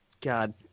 God